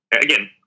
again